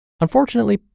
Unfortunately